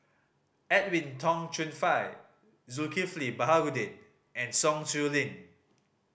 Edwin Tong Chun Fai Zulkifli Baharudin and Sun Xueling